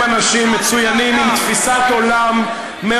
חבר הכנסת שי, מה